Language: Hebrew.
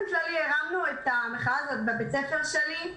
הרמנו את המחאה הזאת בבית הספר שלי.